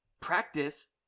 Practice